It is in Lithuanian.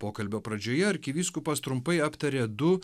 pokalbio pradžioje arkivyskupas trumpai aptarė du